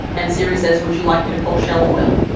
and siri says, would you like me to call shell oil?